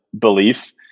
belief